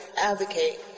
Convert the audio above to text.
advocate